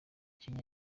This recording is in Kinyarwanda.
kenya